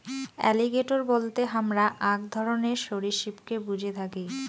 alligator বলতে হামরা আক ধরণের সরীসৃপকে বুঝে থাকি